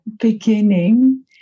beginning